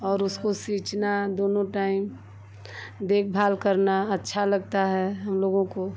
और उसको सींचना दोनों टाइम देख़भाल करना अच्छा लगता है हम लोगों को